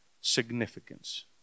significance